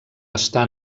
està